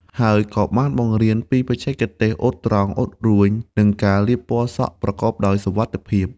ហើយក៏បានបង្រៀនពីបច្ចេកទេសអ៊ុតត្រង់ អ៊ុតរួញ និងការលាបពណ៌សក់ប្រកបដោយសុវត្ថិភាព។